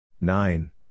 Nine